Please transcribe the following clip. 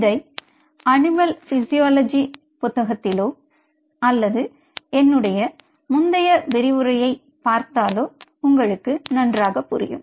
இதை எங்கள் animal physiology புத்தகத்திலோ அல்லது என்னுடைய முந்திய விரிவுரையை பார்த்தாலோ புரியும்